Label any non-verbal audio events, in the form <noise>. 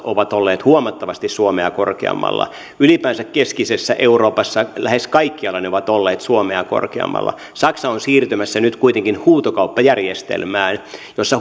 ovat olleet huomattavasti suomea korkeammalla ylipäänsä keskisessä euroopassa lähes kaikkialla ne ovat olleet suomea korkeammalla on siirtymässä nyt kuitenkin huutokauppajärjestelmään jossa <unintelligible>